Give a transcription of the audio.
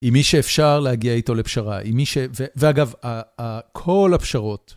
היא מי שאפשר להגיע איתו לפשרה, היא מי ש... ואגב, כל הפשרות...